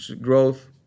growth